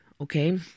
Okay